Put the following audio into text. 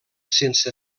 sense